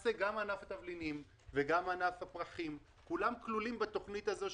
למעשה גם ענף התבלינים וגם ענף הפרחים כולם כלולים בתוכנית הזאת,